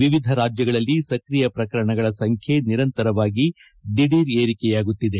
ವಿವಿಧ ರಾಜ್ವಗಳಲ್ಲಿ ಸಕ್ರಿಯ ಪ್ರಕರಣಗಳ ಸಂಖ್ಯೆ ನಿರಂತರವಾಗಿ ದಿಢೀರ್ ಏರಿಕೆಯಾಗುತ್ತಿದೆ